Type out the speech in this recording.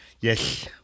Yes